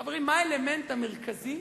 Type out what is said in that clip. חברים, מהו האלמנט המרכזי